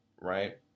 right